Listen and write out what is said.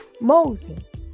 Moses